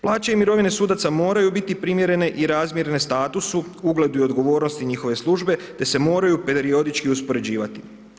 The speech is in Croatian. Plaće i mirovine sudaca moraju biti primjerene i razmjerne statusu, ugledu i odgovornosti njihove službe te se moraju periodički uspoređivati.